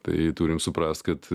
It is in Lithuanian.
tai turim suprast kad